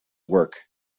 work